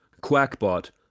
Quackbot